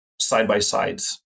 side-by-sides